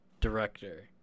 director